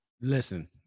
Listen